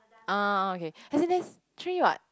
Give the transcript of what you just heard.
uh uh okay as in there's three what